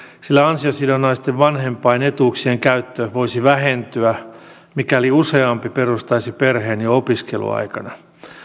sillä ansiosidonnaisten vanhempainetuuksien käyttö voisi vähentyä mikäli useampi perustaisi perheen jo opiskeluaikana